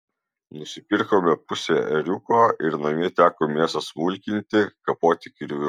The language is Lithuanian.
nusipirkome pusę ėriuko ir namie teko mėsą smulkinti kapoti kirviu